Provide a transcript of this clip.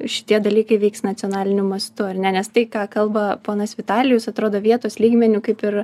šitie dalykai veiks nacionaliniu mastu ar ne nes tai ką kalba ponas vitalijus atrodo vietos lygmeniu kaip ir